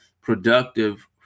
productive